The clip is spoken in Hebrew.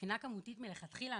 שמבחינה כמותית מלכתחילה,